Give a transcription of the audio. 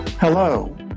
Hello